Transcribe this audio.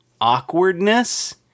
awkwardness